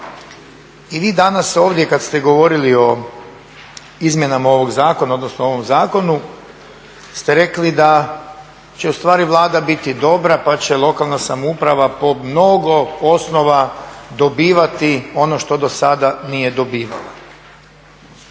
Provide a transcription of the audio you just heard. I vi danas ovdje kad ste govorili o izmjenama ovog zakona, odnosno o ovom zakonu, ste rekli da će ustvari Vlada biti dobra pa će lokalna samouprava po mnogo osnova dobivati ono što do sada nije dobivala.